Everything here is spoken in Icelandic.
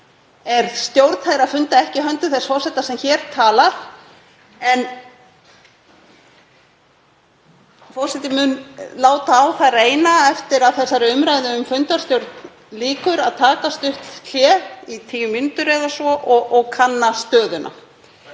er stjórn þeirra funda ekki á höndum þess forseta sem hér talar. En forseti mun láta á það reyna eftir að umræðu um fundarstjórn lýkur að taka stutt hlé, í tíu mínútur eða svo, og kanna stöðuna.